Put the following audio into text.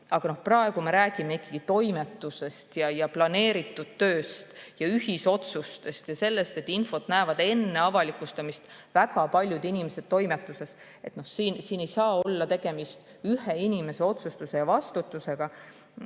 Aga praegu me räägime ikkagi toimetusest, planeeritud tööst ja ühisotsustest, sellest, et infot näevad enne avalikustamist väga paljud inimesed toimetuses. Siin ei saa olla tegemist ühe inimese otsustuse ja vastutusega.